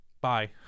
Bye